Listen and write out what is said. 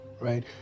Right